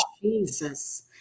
Jesus